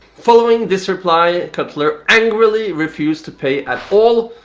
following this reply, cutlar angrily refused to pay at all,